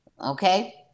Okay